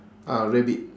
ah rabbit